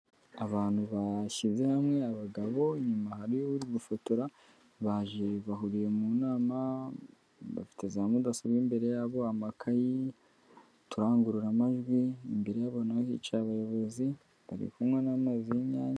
Abantu bashyize hamwe abagabo inyuma hariyo uri gufotora baje bahuriye mu nama, bafite za mudasobwa imbere yabo amakayi, uturangururamajwi, imbere yabo naho hicaye abayobozi bari kunywa n'amazi y'inyange.